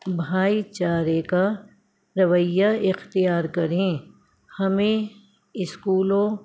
بھائی چارے کا رویہ اختیار کریں ہمیں اسکولوں